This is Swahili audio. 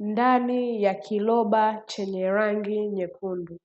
ndani ya kiroba chenye rangi nyekundu.